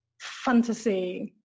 fantasy